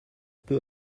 peu